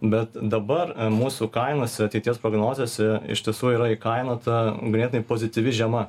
bet dabar mūsų kainose ateities prognozėse iš tiesų yra įkainota ganėtinai pozityvi žiema